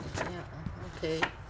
ya okay